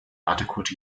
adequate